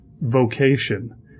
vocation